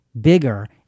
bigger